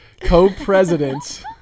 co-presidents